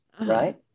Right